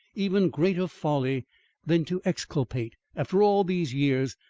even greater folly than to exculpate, after all these years,